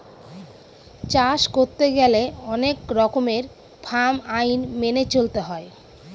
চাষ করতে গেলে অনেক রকমের ফার্ম আইন মেনে চলতে হয়